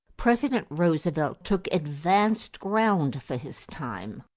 president roosevelt took advanced ground for his time.